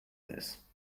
this